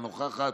אינה נוכחת,